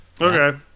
okay